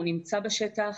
הוא נמצא בשטח,